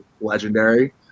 legendary